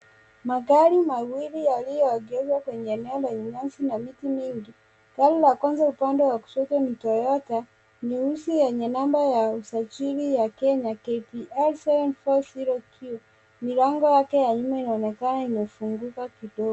Magarari mawili yaliyoegezwa kwenye eneo lenye nyasi na miti mingi. Gari la kwanza upande wa kushoto ni Toyota nyeusi yenye namba ya usajili ya Kenya KBL 740Q. Milango yake ya nyuma inaonekana imefunguka kidogo.